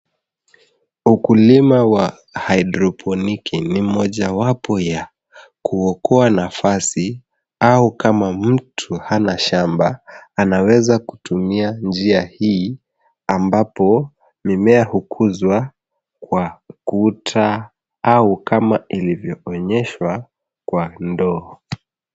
Ukulima wa haidroponiki ni mojawapo ya kuokoa nafasi au kama mtu hana shamba, anaweza kutumia njia hii ambapo mimea hukuzwa kwa kuta au kama ilivyoonyeshwa kwa ndoo.